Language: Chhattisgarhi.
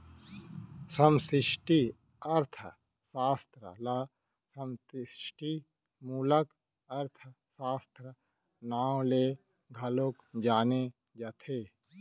समस्टि अर्थसास्त्र ल समस्टि मूलक अर्थसास्त्र, नांव ले घलौ जाने जाथे